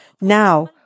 Now